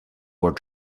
war